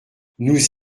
nous